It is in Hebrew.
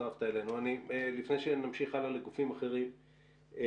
לפני שנמשיך הלאה לגופים אחרים,